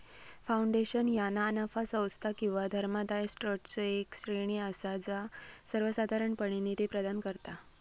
foundation ह्या ना नफा संस्था किंवा धर्मादाय ट्रस्टचो येक श्रेणी असा जा सर्वोसाधारणपणे निधी प्रदान करता